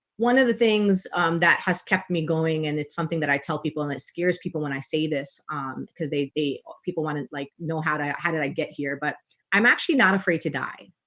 one of the things that has kept me going and it's something that i tell people and it scares people when i say this because they they people wanted like no, how how did i get here? but i'm actually not afraid to die.